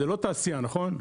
זה לא תעשייה, נכון?